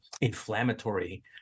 inflammatory